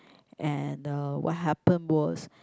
and uh what happened was